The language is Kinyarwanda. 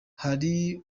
hari